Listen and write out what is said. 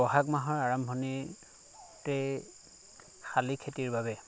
ব'হাগ মাহৰ আৰম্ভণিতে শালি খেতিৰ বাবে